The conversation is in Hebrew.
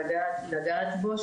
לגעת בו,